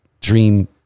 dream